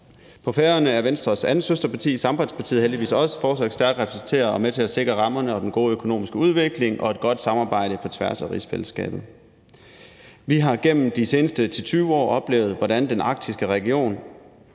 På Færøerne er Venstres andet søsterparti, Sambandspartiet, heldigvis også fortsat stærkt repræsenteret og er med til at sikre rammerne og den gode økonomiske udvikling og et godt samarbejde på tværs af rigsfællesskabet. Vi har gennem de seneste 10-20 år oplevet, hvordan den arktiske region